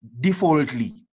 defaultly